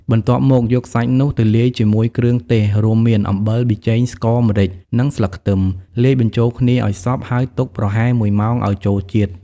បន្ទាប់មកយកសាច់នោះ ទៅលាយជាមួយគ្រឿងទេសរួមមាន អំបិល ប៊ីចេង ស្ករ ម្រេច និងស្លឹកខ្លឹម លាយបញ្ចូលគ្នាឱ្យសព្វ ហើយទុកប្រហែល១ម៉ោងឱ្យចូលជាតិ។